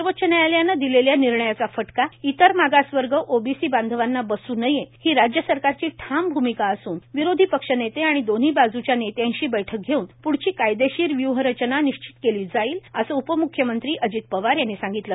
सर्वोच्च न्यायालयानं दिलेल्या निर्णयाचा फटका इतर मागासवर्ग ओबीसी बांधवाना बसू नये ही राज्य सरकारची ठाम भूमिका असून विरोधी पक्षनेते आणि दोन्ही बाजूच्या नेत्यांशी बैठक घेऊन प्ढची कायदेशीर व्यूहरचना निश्चित केली जाईल असं उपम्ख्यमंत्री अजित पवार यांनी सांगितलं